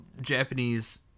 Japanese